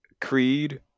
Creed